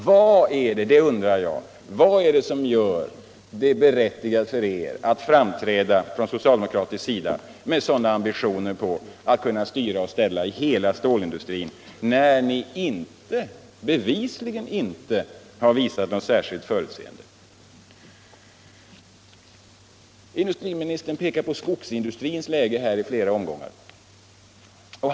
Vad är det som gör det berättigat för er från socialdemokratisk sida att framträda med sådana ambitioner att styra och ställa i hela stålindustrin när ni inte — bevisligen inte — har visat något särskilt förutseende? Industriministern pekade i flera omgångar på skogsindustrins läge.